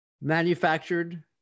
manufactured